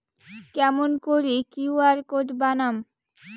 কেমন করি QR code বানাম?